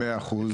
מאה אחוז.